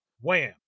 Wham